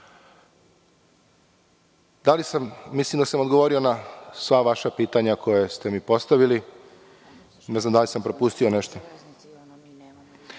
da sam odgovorio na sva vaša pitanja koja ste mi postavili. Ne znam da li sam propustio nešto? Da,